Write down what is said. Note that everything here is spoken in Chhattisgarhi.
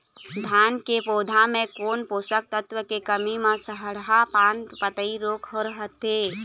धान के पौधा मे कोन पोषक तत्व के कमी म सड़हा पान पतई रोग हर होथे?